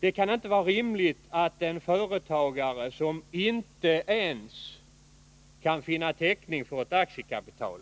Det kan inte vara rimligt att en företagare som inte ens kan finna täckning för ett aktiekapital